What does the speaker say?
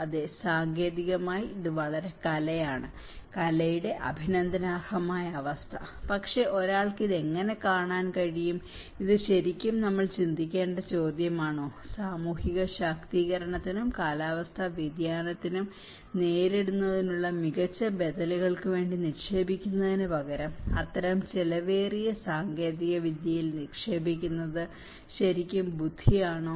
അതെ സാങ്കേതികമായി ഇത് വളരെ കലയാണ് കലയുടെ അഭിനന്ദനാർഹമായ അവസ്ഥ പക്ഷേ ഒരാൾക്ക് ഇത് എങ്ങനെ കാണാൻ കഴിയും ഇത് ശരിക്കും നമ്മൾ ചിന്തിക്കേണ്ട ചോദ്യമാണോ സാമൂഹിക ശാക്തീകരണത്തിനും കാലാവസ്ഥാ വ്യതിയാനത്തെ നേരിടുന്നതിനുള്ള മികച്ച ബദലുകൾക്കും വേണ്ടി നിക്ഷേപിക്കുന്നതിനുപകരം അത്തരം ചെലവേറിയ സാങ്കേതികവിദ്യയിൽ നിക്ഷേപിക്കുന്നത് ശരിക്കും ബുദ്ധിയാണോ